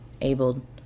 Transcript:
abled